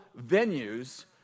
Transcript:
venues